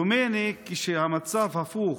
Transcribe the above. דומני שכשהמצב הפוך,